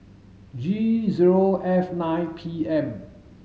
G zero F nine P M